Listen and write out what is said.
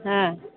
हैं